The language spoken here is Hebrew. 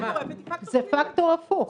זה פקטור הופך.